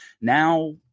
now